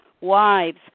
wives